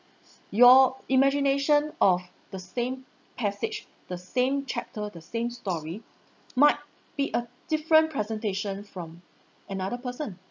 your imagination of the same passage the same chapter the same story might be a different presentation from another person